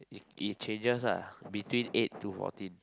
it it changes lah between eight to fourteen